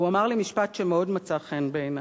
והוא אמר לי משפט שמאוד מצא חן בעיני,